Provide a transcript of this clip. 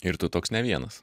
ir tu toks ne vienas